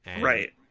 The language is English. Right